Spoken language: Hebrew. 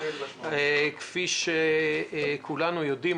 כפי שכולנו יודעים.